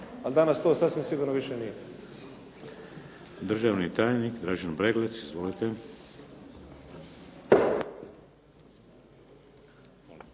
danas to sasvim sigurno više nije.